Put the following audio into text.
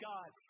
God